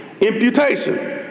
imputation